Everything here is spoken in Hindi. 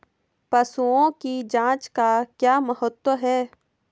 पशुओं की जांच का क्या महत्व है?